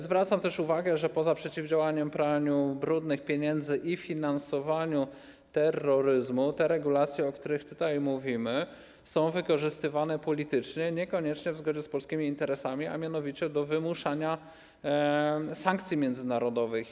Zwracam też uwagę, że poza przeciwdziałaniem praniu brudnych pieniędzy i finansowaniu terroryzmu te regulacje, o których tutaj mówimy, są wykorzystywane politycznie, niekoniecznie w zgodzie z polskimi interesami, a mianowicie do wymuszania sankcji międzynarodowych.